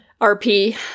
RP